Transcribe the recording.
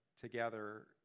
together